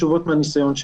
אבל חשוב שפתיחת ענף